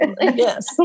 yes